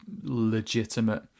legitimate